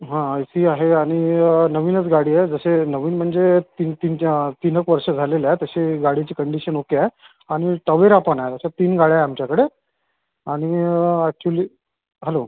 हा एसी आहे आणि नवीनच गाडी आहे जसे नवीन म्हणजे तीन चार तीन एक वर्षं झालेलं आहे तशी गाडीची कंडीशन ओके आहे आणि तवेरा पण आहे असे तीन गाड्या आहे आमच्याकडे आणि ॲक्चुली हॅलो